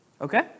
Okay